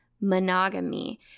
monogamy